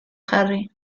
jarri